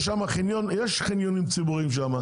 יש שם חניונים ציבוריים שם,